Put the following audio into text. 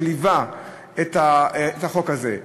שליווה את החוק הזה,